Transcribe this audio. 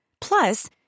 Plus